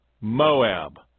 Moab